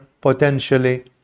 potentially